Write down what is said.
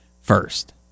First